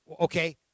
Okay